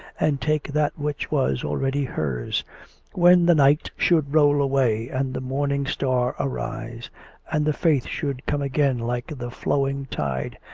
and take that which was already hers when the night should roll away, and the morning-star arise and the faith should come again like the flowing tide,